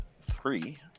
three